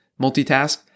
multitask